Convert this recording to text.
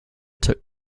took